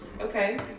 Okay